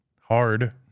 hard